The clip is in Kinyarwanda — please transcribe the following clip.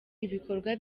ibikorwa